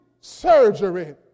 surgery